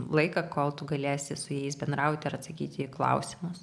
laiką kol tu galėsi su jais bendrauti ir atsakyti į klausimus